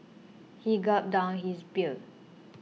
he gulped down his beer